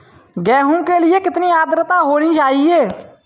गेहूँ के लिए कितनी आद्रता होनी चाहिए?